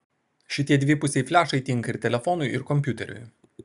šitie dvipusiai flešai tinka ir telefonui ir kompiuteriui